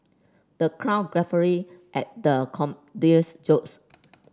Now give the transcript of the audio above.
the crowd guffawed at the comedian's jokes